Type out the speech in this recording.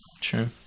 true